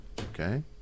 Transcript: okay